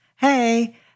hey